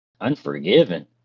Unforgiven